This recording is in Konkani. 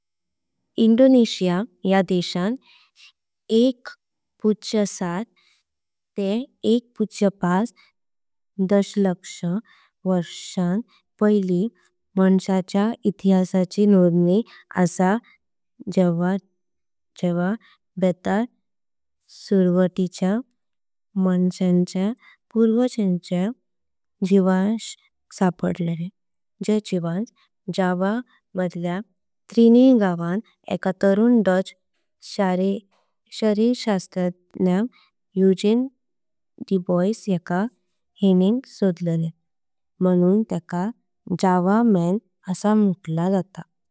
इंडोनेशिया या देशान एक पूर्णविराम। सात दशमलव पाच दशलक्ष वर्षां पायली माणसाच्य इतिहासाची । नोंदणी आसा जेव्हा जावा। बेटार सुरवातील माणसांच्य पूर्वजांचे। जीवाश्म सापडले हे जीवाश्म जावा मधल्या त्रिनिल गावान। एका तरुण डच शरीरशास्त्रया युजीन डुबोइस। एकान हेंन शोधले म्हणून तेका जावा माण आस म्हंटला जात।